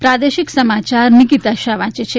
પ્રાદેશિક સમાચાર નિકીતા શાહ વાંચે છે